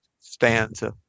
stanza